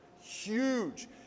huge